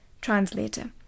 Translator